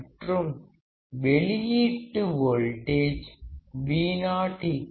மற்றும் வெளியீட்டு voltage VoR2R1Vi